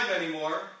anymore